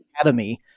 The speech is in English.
academy